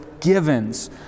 givens